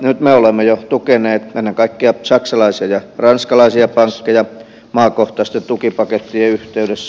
nyt me olemme jo tukeneet ennen kaikkea saksalaisia ja ranskalaisia pankkeja maakohtaisten tukipakettien yhteydessä